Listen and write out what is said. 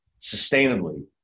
sustainably